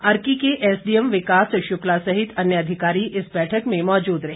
अर्की के एसडीएम विकास शुक्ला सहित अन्य अधिकारी इस बैठक में मौजूद रहे